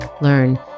learn